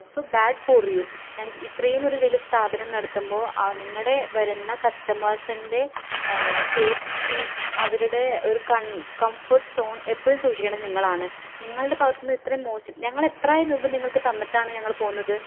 so bad for you ഞങ്ങൾക്ക് ഇത്രയും ഒരു വലിയ സ്ഥാപനം നടത്തുമ്പോൾ നിങ്ങളുടെ വരുന്ന കസ്റ്റമേഴ്സിൻ്റെ സേഫ്റ്റി അവരുടെ ഒരു കംഫേർട്ട് സോൺ എപ്പോഴും സൂക്ഷിക്കേണ്ടത് നിങ്ങളാണ് നിങ്ങളുടെ ഭാഗത്ത് നിന്ന് ഇത്രയും മോശം ഞങ്ങൾ എത്രായിരം രൂപ നിങ്ങൾക്ക് തന്നിട്ടാണ് ഞങ്ങൾ പോകുന്നത്